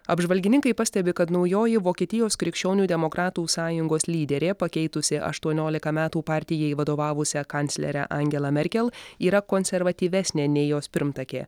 apžvalgininkai pastebi kad naujoji vokietijos krikščionių demokratų sąjungos lyderė pakeitusi aštuoniolika metų partijai vadovavusią kanclerę angelą merkel yra konservatyvesnė nei jos pirmtakė